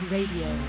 Radio